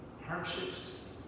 hardships